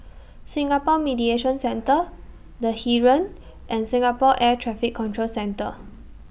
Singapore Mediation Centre The Heeren and Singapore Air Traffic Control Centre